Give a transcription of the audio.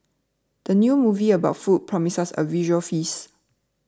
the new movie about food promises a visual feast